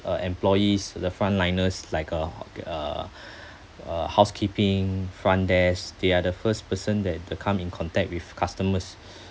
uh employees the front liners like a uh uh uh housekeeping front desk they are the first person that uh come in contact with customers